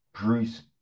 Bruce